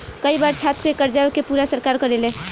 कई बार छात्र के कर्जा के पूरा सरकार करेले